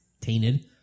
tainted